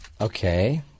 okay